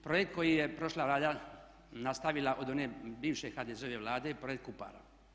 Projekt koji je prošla Vlada nastavila od one bivše HDZ-ove Vlade je projekt Kupara.